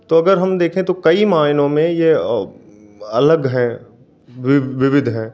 तो अगर हम देखें तो कई मायनों में ये अलग है विविध है